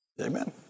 Amen